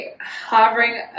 hovering